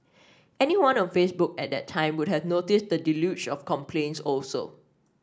anyone on Facebook at that time would have noticed the deluge of complaints also